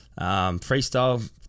freestyle